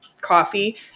coffee